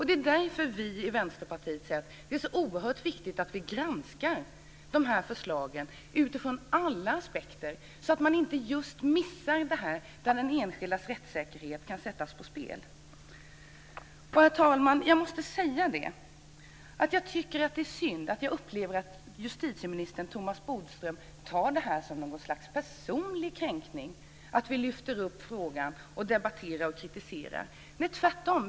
Det är därför vi i Vänsterpartiet menar att det är så oerhört viktigt att vi granskar förslagen utifrån alla aspekter så att man inte missar så att de enskildas rättssäkerhet kan sättas på spel. Herr talman! Jag upplever att justitieminister Thomas Bodström tar det som någon slags personlig kränkning att vi lyfter upp frågan och debatterar och kritiserar, och det är synd. Det är tvärtom.